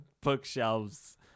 bookshelves